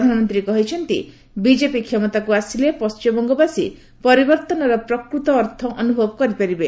ପ୍ରଧାନମନ୍ତ୍ରୀ କହିଛନ୍ତି ବିଜେପି କ୍ଷମତାକୁ ଆସିଲେ ପଣ୍ଢିମବଙ୍ଗବାସୀ ପରିବର୍ତ୍ତନର ପ୍ରକୃତ ଅର୍ଥ ଅନୁଭବ କରିପାରିବେ